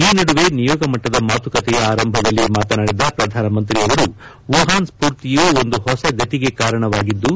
ಈ ನಡುವೆ ನಿಯೋಗಮಟ್ಟದ ಮಾತುಕತೆಯ ಆರಂಭದಲ್ಲಿ ಮಾತನಾಡಿದ ಪ್ರಧಾನಮಂತ್ರಿಯವರು ವುಹಾನ್ ಸ್ಫೂರ್ತಿಯು ಒಂದು ಹೊಸ ಗತಿಗೆ ಕಾರಣವಾಗಿದ್ದು